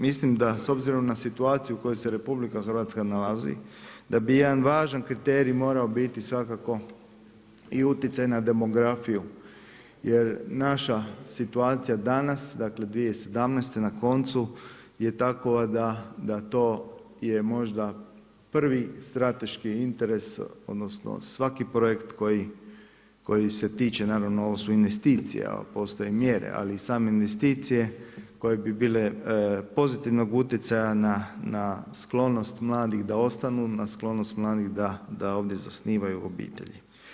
Mislim da s obzirom na situaciju u kojoj se RH nalazi da bi jedan važan kriterij morao biti svakako i utjecaj na demografiju jer naša situacija danas 2017. na koncu je takova da to je možda prvi strateški interes odnosno svaki projekt koji se tiče, naravno ovo su investicije, a postoje mjere, ali same investicije koje bi bile pozitivnog utjecaja na sklonost mladih da ostanu, na sklonost mladih da ovdje zasnivaju obitelji.